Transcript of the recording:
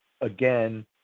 again